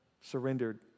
surrendered